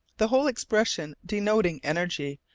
the whole expression denoting energy,